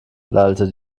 lallte